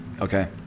Okay